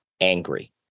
angry